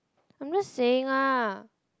I'm just saying lah